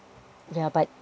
yeah but